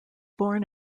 born